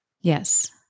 Yes